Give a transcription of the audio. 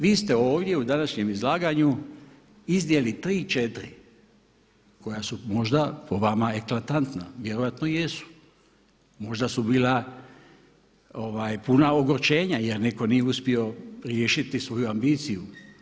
Vi ste ovdje u današnjem izlaganju iznijeli 3, 4 koja su možda po vama eklatantna, vjerojatno jesu, možda su bila puno ogorčenja jer netko nije uspio riješiti svoju ambiciju.